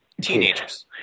teenagers